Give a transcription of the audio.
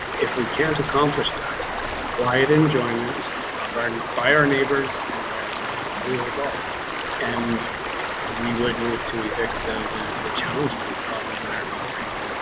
if we can't accomplish that quiet enjoyment of our and by our neighbors and by our tenants, rules all and we would move to evict the the challenges of the problems that are being created.